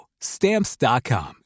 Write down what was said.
Stamps.com